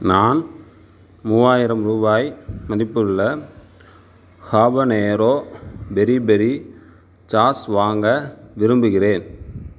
நான் மூவாயிரம் ரூபாய் மதிப்புள்ள ஹாபனேரோ பெரி பெரி சாஸ் வாங்க விரும்புகிறேன்